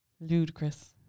Ludicrous